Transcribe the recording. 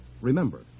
Remember